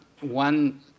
one